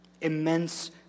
immense